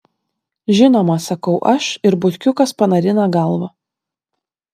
žinoma sakau aš ir butkiukas panarina galvą